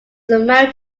married